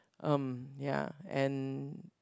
um ya and